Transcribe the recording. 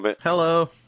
Hello